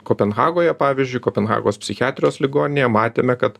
kopenhagoje pavyzdžiui kopenhagos psichiatrijos ligoninėje matėme kad